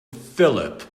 phillip